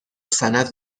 سند